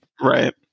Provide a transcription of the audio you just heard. right